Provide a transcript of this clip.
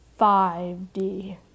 5d